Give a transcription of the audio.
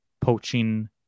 poaching